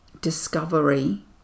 discovery